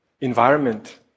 environment